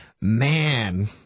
man